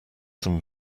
some